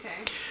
Okay